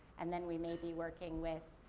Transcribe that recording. and then we may be working with,